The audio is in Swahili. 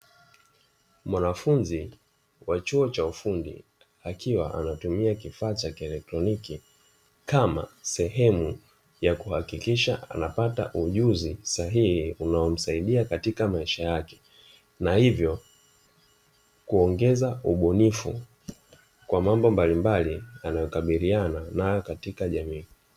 Mwanafunzi wa chuo cha ufundi, akiwa anatumia kifaa cha kielektroniki kama sehemu ya kuhakikisha anapata ujuzi sahihi unaomsaidia katika maisha yake, na hivyo kuongeza ubunifu kwa mambo mbalimbali anayokabiliana nayo katika jamii.